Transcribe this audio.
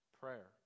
prayer